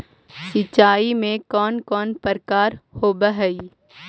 सिंचाई के कौन कौन प्रकार होव हइ?